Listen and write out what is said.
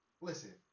Listen